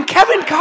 Kevin